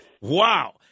Wow